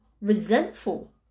resentful